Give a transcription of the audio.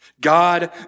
God